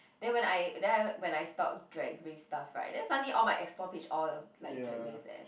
then when I then when I stalk Drag-Race stuff right then suddenly all my explore page all like Drag Race eh